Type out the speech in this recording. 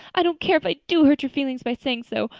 i don't care if i do hurt your feelings by saying so!